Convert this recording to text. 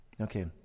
Okay